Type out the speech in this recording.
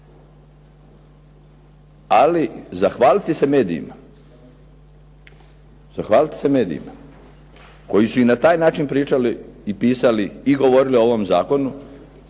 ali zahvaliti se medijima koji su i na taj način pričali i pisali i govorili o ovom zakonu